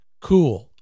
cool